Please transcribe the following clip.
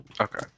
Okay